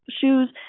shoes